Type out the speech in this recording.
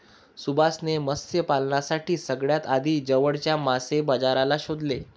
सुभाष ने मत्स्य पालनासाठी सगळ्यात आधी जवळच्या मासे बाजाराला शोधलं